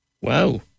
Wow